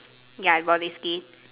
ya roller skates